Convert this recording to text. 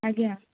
ଆଜ୍ଞା